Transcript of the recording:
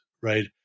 right